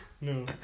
No